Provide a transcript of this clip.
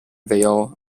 vale